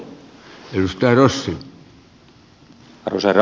arvoisa herra puhemies